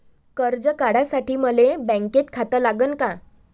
कर्ज काढासाठी मले बँकेत खातं लागन का?